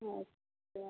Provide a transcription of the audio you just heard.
अच्छा